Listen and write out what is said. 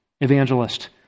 evangelist